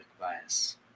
bias